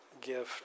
gift